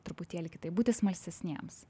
truputėlį kitaip būti smalsesniems